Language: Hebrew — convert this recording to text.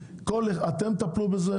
אתם תטפלו בזה,